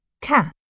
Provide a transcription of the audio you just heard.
Cat